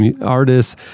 artists